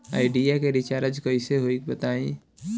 Idea के recharge कइसे होई बताईं?